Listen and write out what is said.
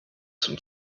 zum